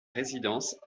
résidence